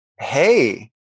hey